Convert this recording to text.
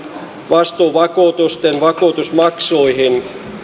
vastuuvakuutusten vakuutusmaksuihin